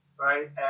right